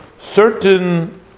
certain